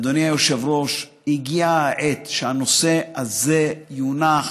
אדוני היושב-ראש, הגיעה העת שהנושא הזה יונח